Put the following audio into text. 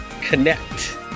connect